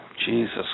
Jesus